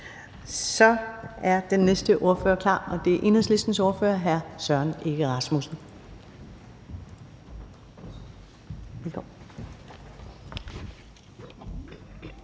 Så er den næste ordfører klar, og det er Enhedslistens ordfører, hr. Søren Egge Rasmussen.